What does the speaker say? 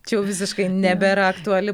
čia jau visiškai nebėra aktuali